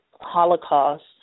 Holocaust